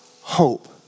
hope